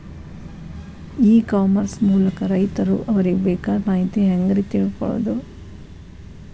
E commerce ಮೂಲಕ ರೈತರು ಅವರಿಗೆ ಬೇಕಾದ ಮಾಹಿತಿ ಹ್ಯಾಂಗ ರೇ ತಿಳ್ಕೊಳೋದು?